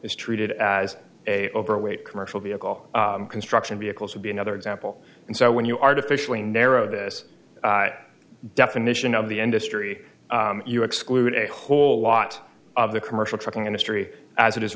is treated as a overweight commercial vehicle construction vehicles would be another example and so when you artificially narrow this definition of the end astri you exclude a whole lot of the commercial trucking industry as it